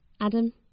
Adam